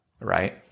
Right